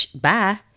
Bye